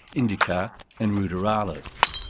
indica and ruderalis.